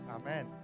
Amen